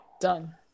done